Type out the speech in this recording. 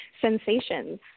sensations